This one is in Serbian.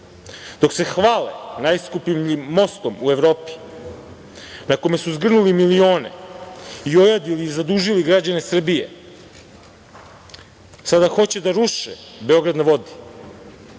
se hvale najskupljim mostom u Evropi, na kome su zgrnuli milione i ojadili i zadužili građane Srbije, sada hoće da ruše „Beograd na vodi“,